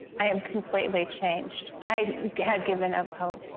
i am completely changed. i had given up hope.